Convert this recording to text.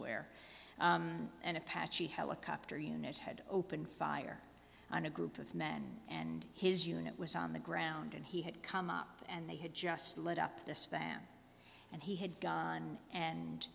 where an apache helicopter unit had opened fire on a group of men and his unit was on the ground and he had come up and they had just lit up this van and he had gone and